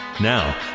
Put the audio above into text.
Now